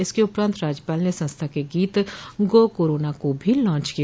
इसके उपरान्त राज्यपाल ने संस्था के गीत गो कोरोना को भी लांच किया